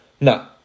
No